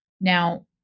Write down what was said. Now